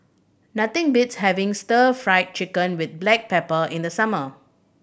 nothing beats having Stir Fry Chicken with black pepper in the summer